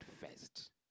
first